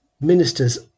ministers